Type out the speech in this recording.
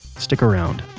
stick around